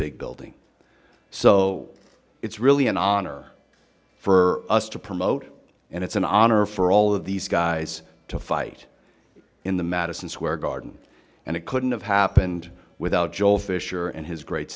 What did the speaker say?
big building so it's really an honor for us to promote and it's an honor for all of these guys to fight in the madison square garden and it couldn't have happened without joel fischer and his great